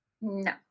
no